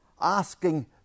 Asking